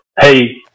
hey